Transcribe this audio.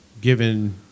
given